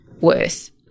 worse